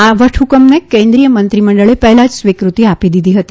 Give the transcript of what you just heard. આ વટહુકમને કેન્દ્રીય મંત્રીમંડળે પહેલા જ મંજુરી આપી દીધી હતી